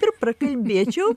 ir prakalbėčiau